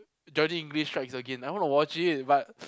Johnny English Strikes Again I want to watch it but